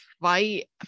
fight